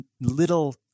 little